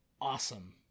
awesome